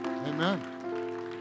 Amen